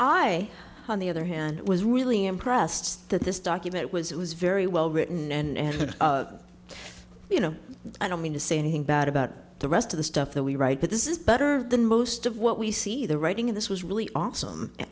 continue i on the other hand was really impressed that this document was it was very well written and you know i don't mean to say anything bad about the rest of the stuff that we write but this is better than most of what we see the writing in this was really awesome and